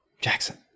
Jackson